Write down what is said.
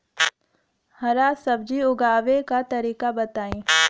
हरा सब्जी उगाव का तरीका बताई?